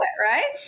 right